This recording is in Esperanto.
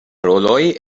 roloj